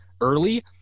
early